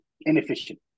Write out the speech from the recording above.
inefficient